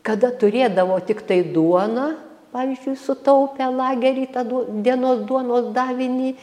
kada turėdavo tiktai duoną pavyzdžiui sutaupę lagery tą duo dienos duonos davinį